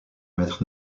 maître